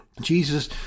Jesus